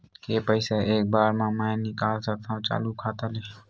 के पईसा एक बार मा मैं निकाल सकथव चालू खाता ले?